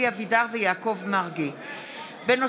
אלי אבידר ויעקב מרגי בנושא: